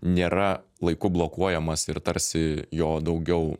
nėra laiku blokuojamas ir tarsi jo daugiau